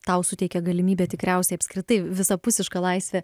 tau suteikė galimybę tikriausiai apskritai visapusiška laisvė